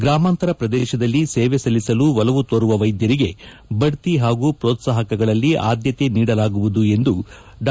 ಗ್ರಾಮಾಂತರ ಪ್ರದೇಶದಲ್ಲಿ ಸೇವೆ ಸಲ್ಲಿಸಲು ಒಲವು ತೋರುವ ವೈದ್ಯರಿಗೆ ಬಡ್ತಿ ಹಾಗೂ ಪ್ರೋತ್ಸಾಹಕಗಳಲ್ಲಿ ಆದ್ಯತೆ ನೀಡಲಾಗುವುದು ಎಂದು ಡಾ